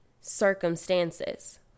circumstances